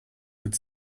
would